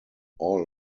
all